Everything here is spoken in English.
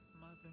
mother